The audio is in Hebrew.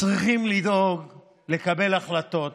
צריכים לדאוג לקבל החלטות: